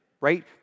right